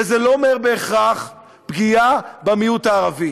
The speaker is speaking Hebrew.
וזה לא אומר בהכרח פגיעה במיעוט הערבי,